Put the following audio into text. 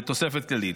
ותוספת כללית.